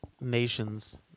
nations